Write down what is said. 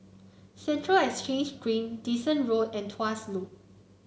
Central Exchange Green Dyson Road and Tuas Loop